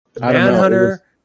manhunter